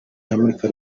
amurika